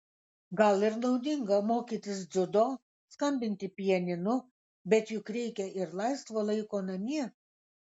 gal ir naudinga mokytis dziudo skambinti pianinu bet juk reikia ir laisvo laiko namie